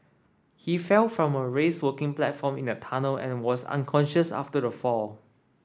he fell from a raised working platform in the tunnel and was unconscious after the fall